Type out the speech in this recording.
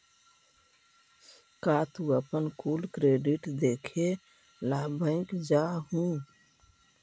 का तू अपन कुल क्रेडिट देखे ला बैंक जा हूँ?